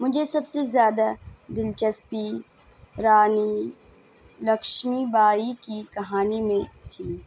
مجھے سب سے زیادہ دلچسپی رانی لکشمی بائی کی کہانی میں تھی